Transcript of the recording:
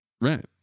Right